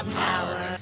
power